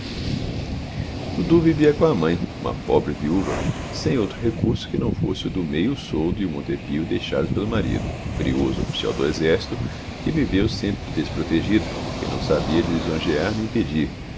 dudu vivia com a mãe uma pobre viúva sem outro recurso que não fosse o do meio soldo e o montepio deixados pelo marido brioso oficial do exército que viveu sempre desprotegido porque não sabia lisonjear nem pedir